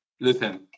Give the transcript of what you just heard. Listen